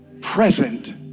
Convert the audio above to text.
present